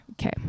okay